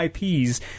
IPs